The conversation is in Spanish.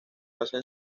hacen